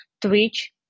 twitch